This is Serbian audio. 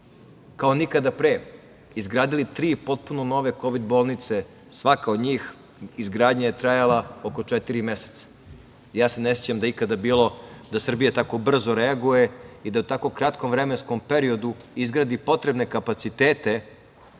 kao nikada pre izgradili tri potpuno nove kovid bolnice. Svaka od njih, izgradnja je trajala oko 4 meseca. Ja se ne sećam da je ikada bilo da Srbija tako brzo reaguje i da u tako kratkom vremenskom periodu izgradi potrebne kapacitete